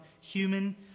human